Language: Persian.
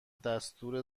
دستور